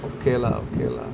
okay lah okay lah